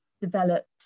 developed